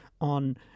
on